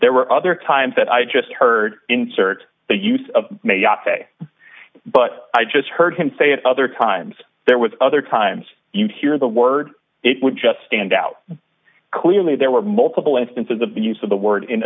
there were other times that i just heard insert the use of may i say but i just heard him say it other times there was other times you hear the word it would just stand out clearly there were multiple instances abuse of the word in